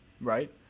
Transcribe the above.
right